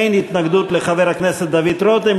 אין התנגדות לחבר הכנסת דוד רותם.